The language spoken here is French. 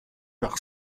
par